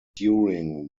during